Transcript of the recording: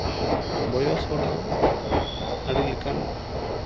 ᱵᱚᱭᱚᱥ ᱦᱚᱲᱫᱚ ᱟᱹᱰᱤ ᱞᱮᱠᱟᱱ